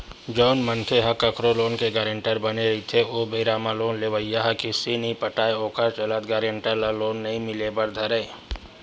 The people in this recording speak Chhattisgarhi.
जउन मनखे ह कखरो लोन के गारंटर बने रहिथे ओ बेरा म लोन लेवइया ह किस्ती नइ पटाय ओखर चलत गारेंटर ल लोन नइ मिले बर धरय